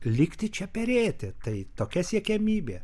likti čia perėti tai tokia siekiamybė